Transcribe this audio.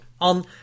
on